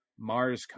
MarsCon